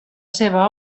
seva